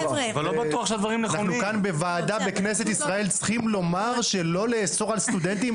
אנחנו כאן בוועדה בכנסת ישראל צריכים לומר שלא לאסור על סטודנטים